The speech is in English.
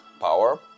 power